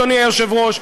אדוני היושב-ראש,